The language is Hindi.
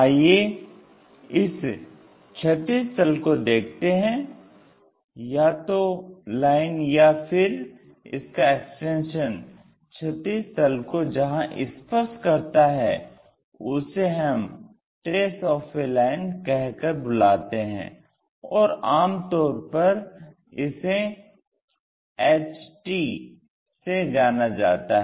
आइये इस क्षैतिज तल को देखते हैं या तो लाइन या फिर इसका एक्सटेंशन क्षैतिज तल को जहां स्पर्श करता है उसे हम ट्रेस ऑफ़ ए लाइन कह कर बुलाते हैं और आम तौर पर इसे HT से जाना जाता है